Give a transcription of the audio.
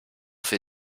für